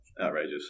Outrageous